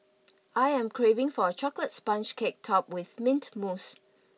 I am craving for a chocolate sponge cake topped with mint mousse